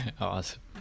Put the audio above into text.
Awesome